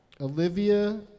Olivia